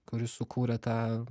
kuris sukūrė tą